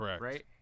right